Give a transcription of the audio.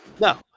No